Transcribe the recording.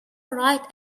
right